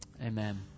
Amen